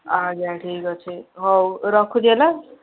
ଆଜ୍ଞା ଠିକ୍ ଅଛି ହଉ ରଖୁଛି ହେଲା